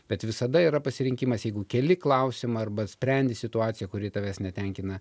bet visada yra pasirinkimas jeigu keli klausimą arba sprendi situaciją kuri tavęs netenkina